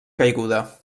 caiguda